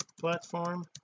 platform